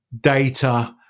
data